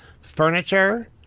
furniture